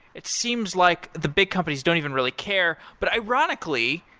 it seems like the big companies don't even really care. but ironically,